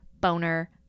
boner